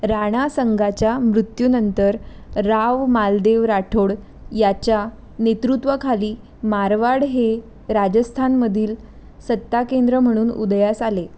राणा संगाच्या मृत्यूनंतर राव मालदेव राठोड याच्या नेतृत्वाखाली मारवाड हे राजस्थानमधील सत्ताकेंद्र म्हणून उदयास आले